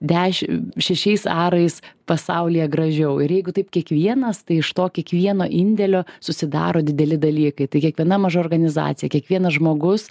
deši šešiais arais pasaulyje gražiau ir jeigu taip kiekvienas tai iš to kiekvieno indėlio susidaro dideli dalykai tai kiekviena maža organizacija kiekvienas žmogus